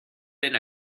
been